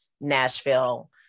Nashville